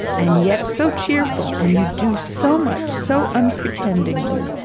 and yet so cheerful! and you do so much, so unpretendingly!